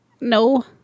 No